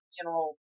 general